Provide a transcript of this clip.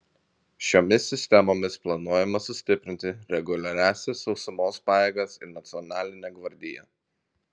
šiomis sistemomis planuojama sustiprinti reguliariąsias sausumos pajėgas ir nacionalinę gvardiją